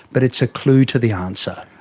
but it's a clue to the answer.